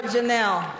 Janelle